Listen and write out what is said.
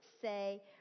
say